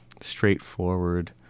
straightforward